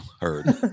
heard